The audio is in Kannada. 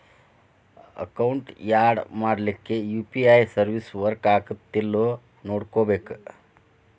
ಅಕೌಂಟ್ ಯಾಡ್ ಮಾಡ್ಲಿಕ್ಕೆ ಯು.ಪಿ.ಐ ಸರ್ವಿಸ್ ವರ್ಕ್ ಆಗತ್ತೇಲ್ಲೋ ನೋಡ್ಕೋಬೇಕ್